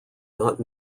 not